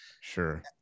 sure